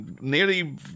nearly